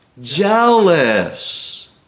jealous